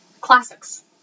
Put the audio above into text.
Classics